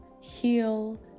heal